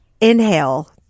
inhale